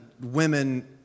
women